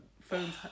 phones